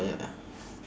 ya